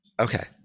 okay